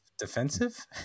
Defensive